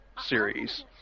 series